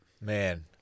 Man